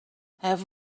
have